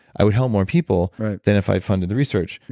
i would help more people than if i funded the research.